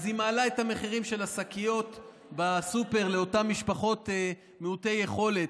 היא מעלה את המחירים של השקיות בסופר לאותן משפחות מעוטות יכולת,